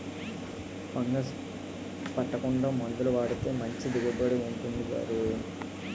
fungus పట్టకుండా మందులు వాడితే మంచి దిగుబడి ఉంటుంది గురూ